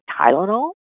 tylenol